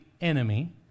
enemy